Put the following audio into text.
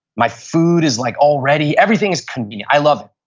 my food is like all ready, everything is convenient. i love it.